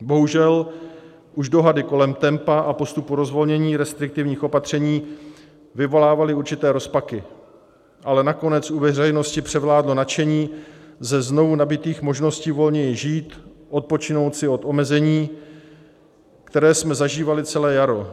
Bohužel už dohady kolem tempa a postupu rozvolnění restriktivních opatření vyvolávaly určité rozpaky, ale nakonec u veřejnosti převládlo nadšení ze znovunabytých možností volněji žít, odpočinout si od omezení, která jsme zažívali celé jaro.